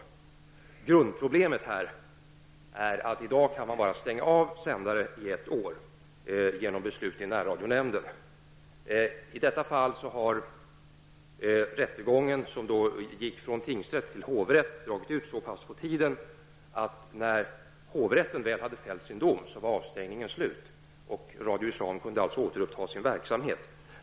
Grundproblemet är att man i dag kan stänga av sändare bara i ett år genom beslut i närradionämnden. I detta fall har rättegången, som gick från tingsrätt till hovrätt, dragit ut så långt på tiden att avstängningen var slut när hovrätten väl hade fällt sin dom, och Radio Islam kunde alltså återuppta sin verksamhet.